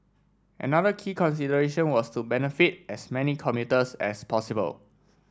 another key consideration was to benefit as many commuters as possible